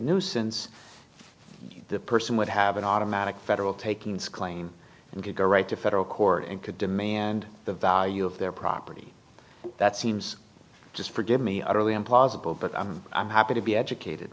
nuisance the person would have an automatic federal taking it's clean and go right to federal court and could demand the value of their property that seems just forgive me utterly implausible but i'm happy to be educated